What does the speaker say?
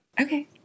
Okay